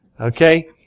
Okay